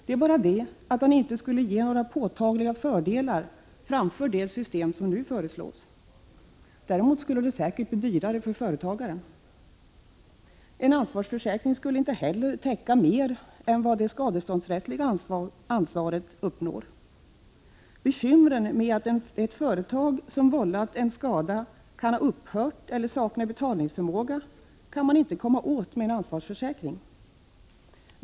Det är bara det att den inte skulle ge några påtagliga fördelar framför det system som nu föreslås. Däremot skulle den säkert bli dyrare för företagen. En ansvarsförsäkring skulle inte heller täcka mer än vad det skadeståndrättsliga ansvaret uppnår. Bekymren med att ett företag som vållat en skada kan ha upphört eller sakna betalningsförmåga kan man inte komma åt med en ansvarsförsäkring.